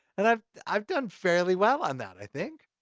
and i've i've done fairly well on that i think.